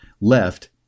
left